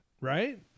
right